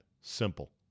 simple